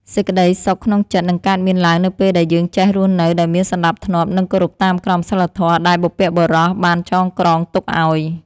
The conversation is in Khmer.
សេចក្តីសុខក្នុងចិត្តនឹងកើតមានឡើងនៅពេលដែលយើងចេះរស់នៅដោយមានសណ្តាប់ធ្នាប់និងគោរពតាមក្រមសីលធម៌ដែលបុព្វបុរសបានចងក្រងទុកឱ្យ។